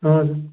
हजुर